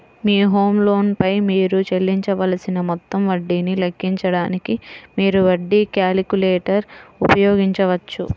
మీ home loan పై మీరు చెల్లించవలసిన మొత్తం వడ్డీని లెక్కించడానికి, మీరు వడ్డీ క్యాలిక్యులేటర్ ఉపయోగించవచ్చు